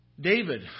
David